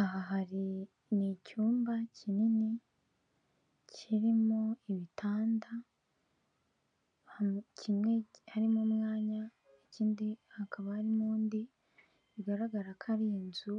Aha hari ni icyumba kinini kirimo ibitanda, kimwe harimo umwanya, ikindi hakaba harimo undi, bigaragara ko ari nzu